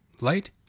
Light